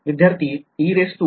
Huh